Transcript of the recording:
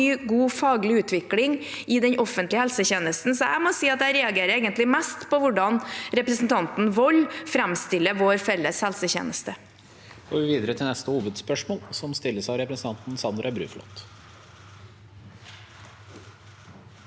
god faglig utvikling i den offentlige helsetjenesten. Så jeg må si at jeg egentlig reagerer mest på hvordan representanten Wold framstiller vår felles helsetjeneste.